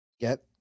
Get